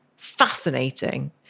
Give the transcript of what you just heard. fascinating